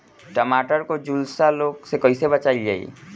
टमाटर को जुलसा रोग से कैसे बचाइल जाइ?